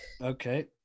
Okay